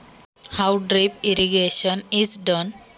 ठिबक सिंचन कसे केले जाते?